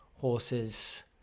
horses